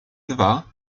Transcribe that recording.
dwa